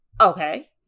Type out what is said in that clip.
Okay